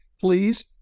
please